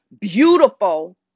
beautiful